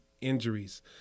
injuries